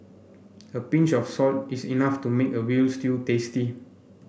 a pinch of salt is enough to make a veal stew tasty